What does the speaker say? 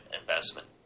investment